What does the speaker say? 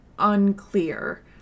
unclear